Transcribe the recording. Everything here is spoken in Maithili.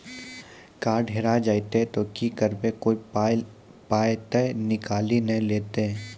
कार्ड हेरा जइतै तऽ की करवै, कोय पाय तऽ निकालि नै लेतै?